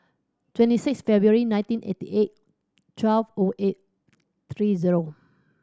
twenty six February nineteen eighty eight twelve O eight three zero